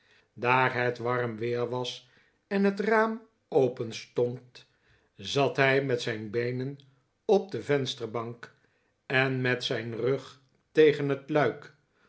daar het warm weer was en het raam openstond zat hij met zijn beenen'op de vensterbank en met zijn rug tegeh het luik